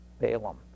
Balaam